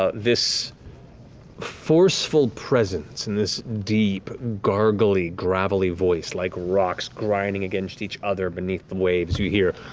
ah this forceful presence, in this deep, gargly, gravelly voice, like rocks grinding against each other, beneath the waves, you hear